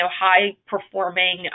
high-performing